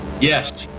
yes